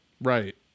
right